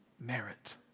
merit